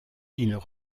ils